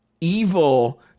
evil